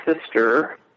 sister